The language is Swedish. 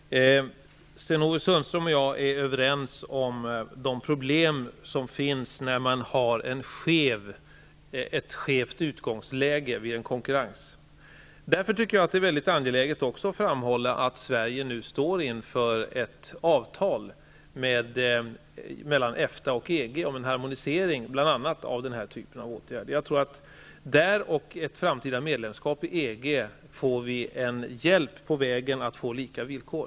Herr talman! Sten-Ove Sundström och jag är överens om vilka problem som uppstår när man har ett skevt utgångsläge vid en konkurrenssituation. Därför är det också angeläget att framhålla att Sverige nu står inför ett avtal mellan EFTA och EG om en harmonisering, bl.a. av den här typen av åtgärder. Genom detta avtal och genom ett framtida medlemskap i EG får vi en hjälp på vägen mot lika villkor.